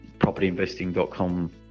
propertyinvesting.com